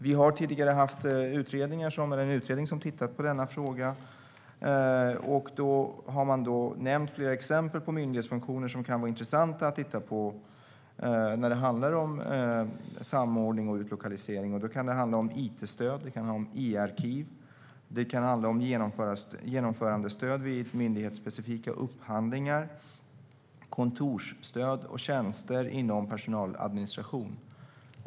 Vi har haft en utredning som tittat på den här frågan och då gett flera exempel på myndighetsfunktioner som kan vara intressanta att titta på vad gäller samordning och utlokalisering. Det kan handla om it-stöd, e-arkiv, genomförandestöd vid myndighetsspecifika upphandlingar och kontorsstöd och tjänster inom personaladministration.